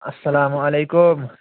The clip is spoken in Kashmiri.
اَسَلامُ علیکُم